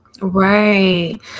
right